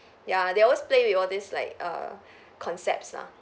ya they always play with all these like err concepts ah